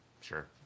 Sure